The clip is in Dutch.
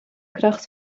kracht